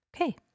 Okay